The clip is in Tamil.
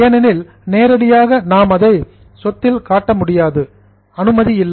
ஏனெனில் நேரடியாக அதை நாம் சொத்தில் காட்ட முடியாது அனுமதி இல்லை